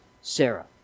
Sarah